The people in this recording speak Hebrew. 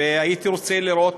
זה לא יכול להימשך.